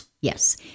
Yes